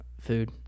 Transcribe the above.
Food